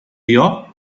york